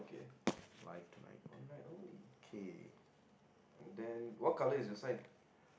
live tonight okay